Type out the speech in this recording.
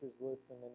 listen